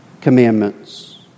commandments